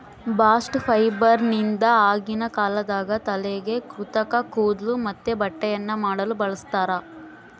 bast ಫೈಬರ್ನಿಂದ ಆಗಿನ ಕಾಲದಾಗ ತಲೆಗೆ ಕೃತಕ ಕೂದ್ಲು ಮತ್ತೆ ಬಟ್ಟೆಯನ್ನ ಮಾಡಲು ಬಳಸ್ತಾರ